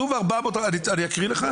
אני אקריא לך,